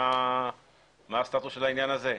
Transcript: מה הסטטוס של העניין הזה?